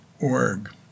org